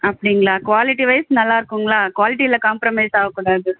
அப்படிங்களா குவாலிட்டிவைஸ் நல்லா இருக்கும்ங்களா குவாலிட்டியில் காம்ப்ரமைஸ் ஆகக்கூடாது